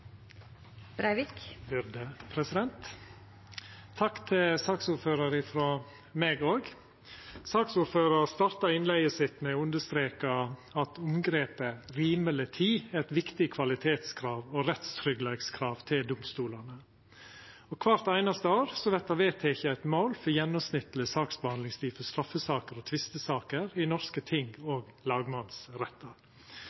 budsjetter burde økes, ikke kuttes. Som Riksrevisjonen sier, handler det om både folks rettssikkerhet og folks liv og helse. Takk til saksordføraren frå meg òg. Saksordføraren starta innlegget sitt med å understreka at omgrepet «rimeleg tid» er eit viktig kvalitetskrav og rettstryggleikskrav til domstolane. Kvart einaste år vert det vedteke eit mål for gjennomsnittleg saksbehandlingstid for straffesaker og